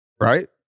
right